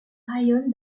raïon